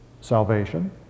salvation